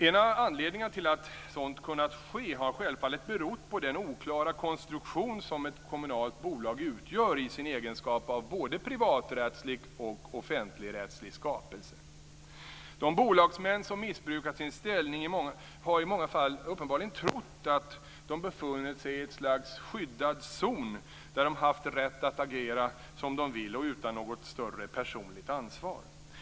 En av anledningarna till att sådant har kunnat ske har självfallet varit den oklara konstruktion som ett kommunalt bolag utgör i sin egenskap av både privaträttslig och offentligrättslig skapelse. De bolagsmän som har missbrukat sin ställning har i många fall uppenbarligen trott att de har befunnit sig i ett slags skyddad zon där de har haft rätt att agera som de vill och utan något större personligt ansvar.